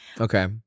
okay